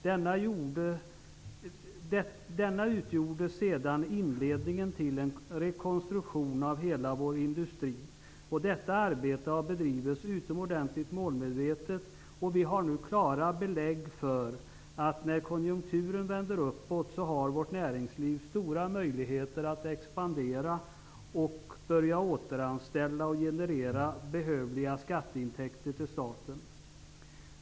Denna utgjorde sedan inledningen till en rekonstruktion av hela vår industri. Detta arbete har bedrivits utomordentligt målmedvetet. Vi har nu klara belägg för att vårt näringsliv har stora möjligheter att expandera och därmed börja återanställa och generera behövliga skatteintäkter till staten när konjunkturen vänder uppåt.